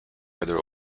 either